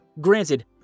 Granted